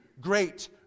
great